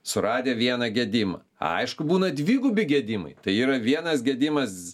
suradę vieną gedimą aišku būna dvigubi gedimai tai yra vienas gedimas